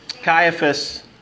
Caiaphas